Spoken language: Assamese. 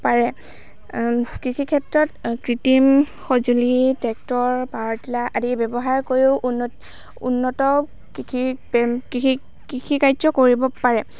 পাৰে কৃষি ক্ষেত্ৰত কৃত্ৰিম সঁজুলি ট্ৰেক্টৰ পাৱাৰ টিলাৰ আদি ব্যৱহাৰ কৰিও উন্নত উন্নত কৃষি কৃষি কৃষিকাৰ্য কৰিব পাৰে